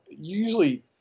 usually